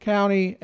County